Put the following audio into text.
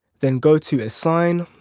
then go to assign.